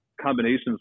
combinations